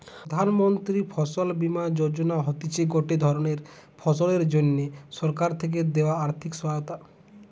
প্রধান মন্ত্রী ফসল বীমা যোজনা হতিছে গটে ধরণের ফসলের জন্যে সরকার থেকে দেয়া আর্থিক সহায়তা